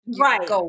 Right